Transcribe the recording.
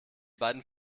beiden